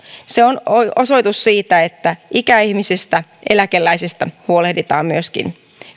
se on osoitus siitä että ikäihmisistä eläkeläisistä huolehditaan myöskin